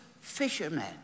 fishermen